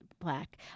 black